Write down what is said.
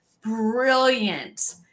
brilliant